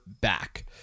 back